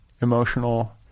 emotional